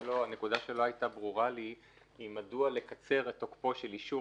הנקודה שלא הייתה ברורה לי היא מדוע לקצר את תוקפו של אישור